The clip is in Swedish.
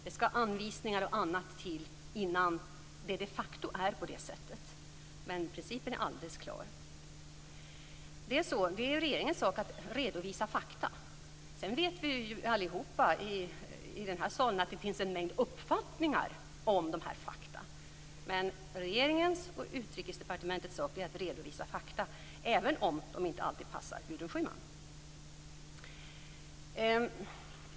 Det skall anvisningar och annat till innan det de facto är på det sättet. Men principen är alldeles klar. Det är regeringens sak att redovisa fakta. Sedan vet vi allihop i den här salen att det finns en mängd uppfattningar om dessa fakta. Men regeringens och Utrikesdepartementets sak är att redovisa fakta, även om de inte alltid passar Gudrun Schyman.